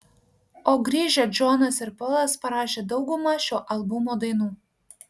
o grįžę džonas ir polas parašė daugumą šio albumo dainų